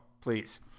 please